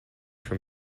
from